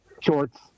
shorts